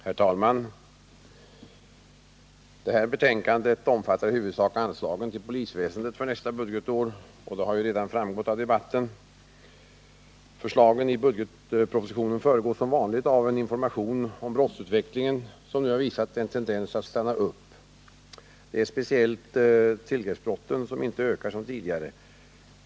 Herr talman! Det här betänkandet omfattar i huvudsak anslagen till polisväsendet för nästa budgetår, vilket redan framgått av debatten. Förslagen i budgetpropositionen föregås som vanligt av en information om - brottsutvecklingen, som nu har visat en tendens att stanna upp. Det är speciellt tillgreppsbrotten som inte ökar som tidigare.